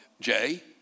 Jay